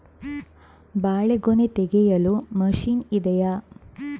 ಬಾಳೆಗೊನೆ ತೆಗೆಯಲು ಮಷೀನ್ ಇದೆಯಾ?